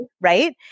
Right